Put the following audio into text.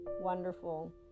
Wonderful